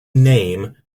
name